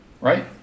right